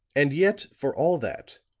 and yet, for all that,